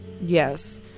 Yes